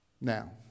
Now